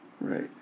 Right